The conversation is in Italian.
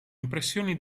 impressioni